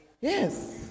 Yes